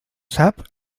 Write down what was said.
sap